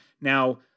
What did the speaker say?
Now